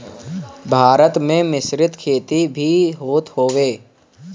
भारत में मिश्रित खेती भी होत हवे